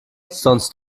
sonst